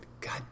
God